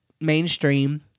mainstream